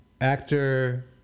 Actor